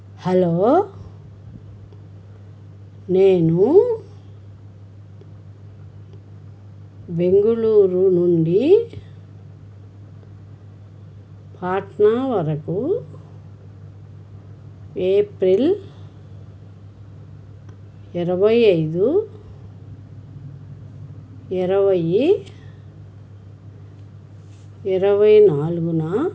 hello నేను బెంగుళూరు నుండి పాట్నా వరకు ఏప్రెల్ ఇరవై ఐదు ఇరవయ్యి ఇరవై నాలుగునా